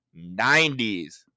90s